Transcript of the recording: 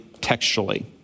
textually